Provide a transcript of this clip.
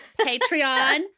Patreon